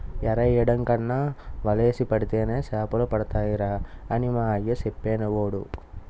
ఎరెయ్యడం కన్నా వలేసి పడితేనే సేపలడతాయిరా అని మా అయ్య సెప్పేవోడు